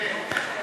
ברוך השם.